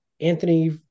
Anthony